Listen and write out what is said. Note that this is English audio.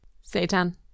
Satan